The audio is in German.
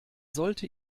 sollte